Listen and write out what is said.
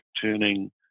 turning